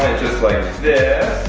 and just like this.